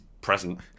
present